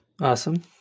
Awesome